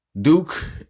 Duke